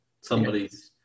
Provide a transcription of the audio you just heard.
somebody's